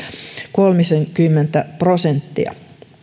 kolmisenkymmentä prosenttia